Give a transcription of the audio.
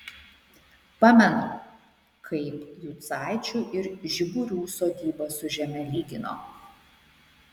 pamenu kaip jucaičių ir žiburių sodybas su žeme lygino